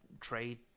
trade